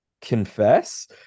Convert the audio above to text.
confess